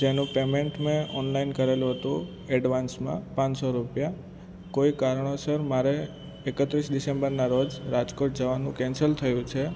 જેનું પેમેન્ટ મેં ઓનલાઈન કરેલું હતું એડવાન્સમાં પાંચસો રૂપિયા કોઈ કારણોસર મારે એકત્રીસ ડિસેમ્બરના રોજ રાજકોટ જવાનું કેન્સલ થયું છે